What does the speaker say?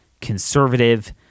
conservative